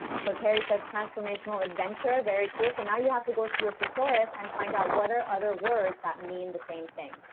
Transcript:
so terry says transformational adventure very cool so now you have to go to your thesaurus and find out what are other words that mean the same thing